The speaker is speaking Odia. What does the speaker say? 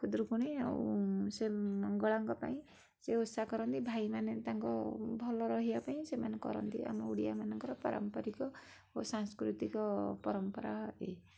ଖୁଦୁରୁକୁଣୀ ଆଉ ସେ ମଙ୍ଗଳାଙ୍କ ପାଇଁ ସେ ଓଷା କରନ୍ତି ସେ ଭାଇମାନେ ତାଙ୍କ ଭଲ ରହିବା ପାଇଁ ସେମାନେ କରନ୍ତି ଆମ ଓଡ଼ିଆ ମାନଙ୍କର ପାରମ୍ପରିକ ଓ ସାଂସ୍କୃତିକ ପରମ୍ପରା ଇଏ